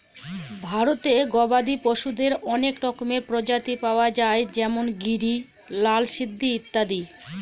ভারতে গবাদি পশুদের অনেক রকমের প্রজাতি পাওয়া যায় যেমন গিরি, লাল সিন্ধি ইত্যাদি